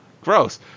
gross